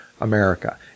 America